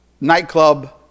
nightclub